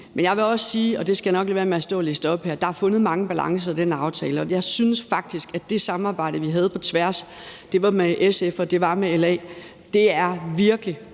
Men jeg vil også sige, og det skal jeg nok lade være med at stå og læse op her, at der er fundet mange balancer i den aftale, og jeg synes faktisk, at det samarbejde, vi havde på tværs – det var med SF, og det var med LA – virkelig